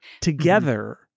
together